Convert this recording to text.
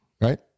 right